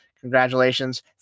Congratulations